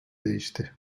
değişti